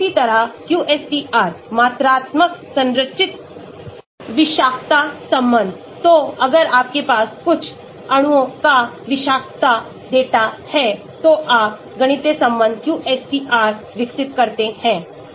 इसी तरह QSTR मात्रात्मक संरचित विषाक्तता संबंध तो अगर आपके पास कुछ अणुओं का विषाक्तता डेटा है तो आप गणितीय संबंध QSTR विकसित करते हैं